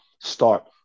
start